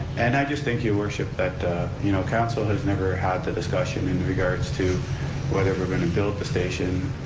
and i just think, your worship, that you know council has never had the discussion in regards to whether we're going to build the station